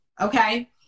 okay